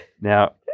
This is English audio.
now